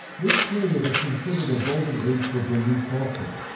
this period is considered a golden age for burmese culture.